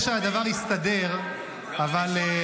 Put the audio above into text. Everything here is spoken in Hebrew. חבר הכנסת פוגל, טוב שאתה כאן.